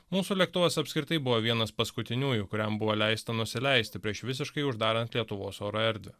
mūsų lėktuvas apskritai buvo vienas paskutiniųjų kuriam buvo leista nusileisti prieš visiškai uždarant lietuvos oro erdvę